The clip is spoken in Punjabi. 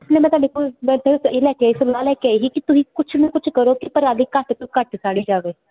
ਇਸ ਲਈ ਮੈਂ ਤੁਹਾਡੇ ਕੋਲ ਇਹ ਲੈ ਕੇਸ ਲਾ ਲੈ ਕੇ ਆਈ ਕਿ ਤੁਸੀਂ ਕੁਛ ਨਾ ਕੁਛ ਕਰੋ ਕਿ ਪਰਾਲੀ ਘੱਟ ਤੋਂ ਘੱਟ ਸਾੜੀ ਜਾਵੇ